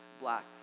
blacks